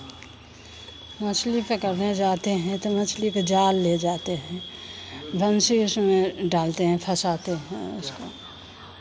मछली पकड़ने जाते हैं तो मछली का जाल ले जाते हैं ढंग से उसमें डालते हैं फँसाते हैं उसको